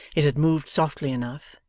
it had moved softly enough,